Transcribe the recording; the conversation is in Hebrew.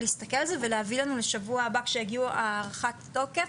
להסתכל על זה ולשבוע הבא כשתגיע הארכת התוקף,